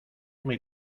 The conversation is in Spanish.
muy